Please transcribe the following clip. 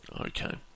Okay